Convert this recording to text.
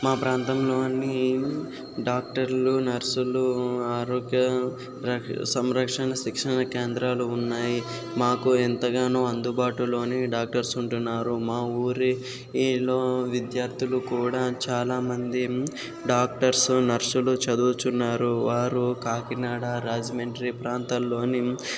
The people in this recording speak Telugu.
మా ప్రాంతంలోని డాక్టర్లు నర్సులు ఆరోగ్య రక్ష సంరక్షణ శిక్షణా కేంద్రాలు ఉన్నాయి మాకు ఎంతగానో అందుబాటులోనే డాక్టర్స్ ఉంటున్నారు మా ఊరిలో విద్యార్థులు కూడా చాలా మంది డాక్టర్సు నర్సులు చదువుతున్నారు వారు కాకినాడ రాజమండ్రి ప్రాంతాల్లోని